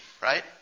right